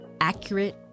Accurate